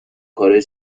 کارای